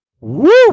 Woo